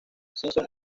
simpson